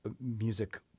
music